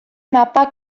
mapa